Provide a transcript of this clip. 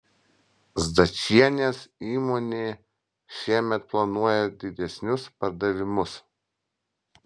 zdančienės įmonė šiemet planuoja didesnius pardavimus